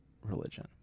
religion